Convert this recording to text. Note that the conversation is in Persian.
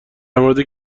مورد